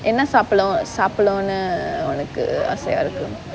என்ன சாப்பலு~ சாப்பலுனு உனக்கு ஆசையா இருக்கு:enna sappalu~ sappalunu unakku aasaiyaa irukku